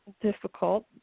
difficult